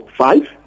five